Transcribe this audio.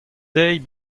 deiz